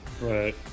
Right